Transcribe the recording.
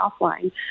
offline